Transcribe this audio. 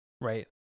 right